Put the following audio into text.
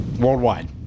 worldwide